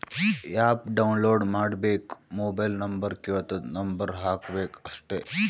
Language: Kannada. ಆ್ಯಪ್ ಡೌನ್ಲೋಡ್ ಮಾಡ್ಕೋಬೇಕ್ ಮೊಬೈಲ್ ನಂಬರ್ ಕೆಳ್ತುದ್ ನಂಬರ್ ಹಾಕಬೇಕ ಅಷ್ಟೇ